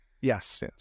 Yes